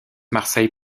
marseille